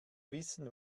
wissen